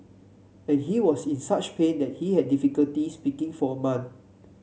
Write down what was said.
and he was in such pain that he had difficulty speaking for a month